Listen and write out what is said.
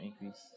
increase